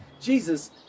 Jesus